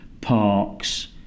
parks